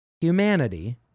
humanity